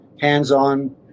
hands-on